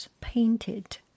painted